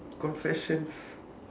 confessions